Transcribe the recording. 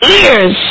ears